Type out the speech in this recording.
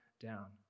down